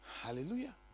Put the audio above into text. Hallelujah